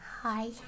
Hi